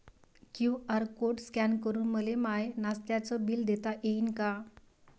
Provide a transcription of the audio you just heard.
QR code scan करून मले माय नास्त्याच बिल देता येईन का?